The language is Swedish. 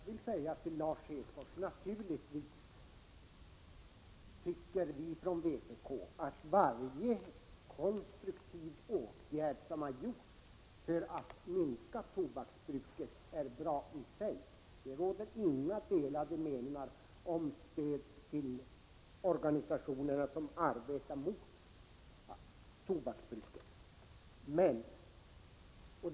Fru talman! Jag vill säga till Lars Hedfors: Naturligtvis tycker vi från vpk att varje konstruktiv åtgärd som har gjorts för att minska tobaksbruket är bra i sig. Det råder inga delade meningar om stödet till organisationerna som arbetar mot tobaksbruket.